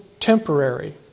Temporary